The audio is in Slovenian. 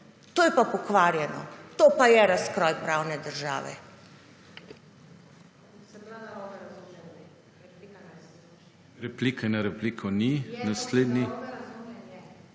To je pa pokvarjeno, to pa je razkroj pravne države.